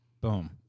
Boom